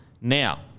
now